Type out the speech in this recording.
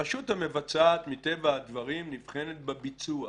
הרשות המבצעת, מטבע הדברים, נבחנת בביצוע.